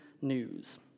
news